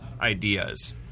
ideas